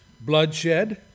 bloodshed